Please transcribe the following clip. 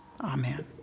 amen